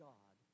God